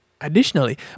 Additionally